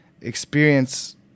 experience